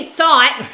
thought